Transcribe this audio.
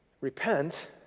repent